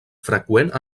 freqüent